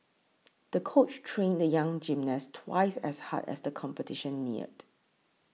the coach trained the young gymnast twice as hard as the competition neared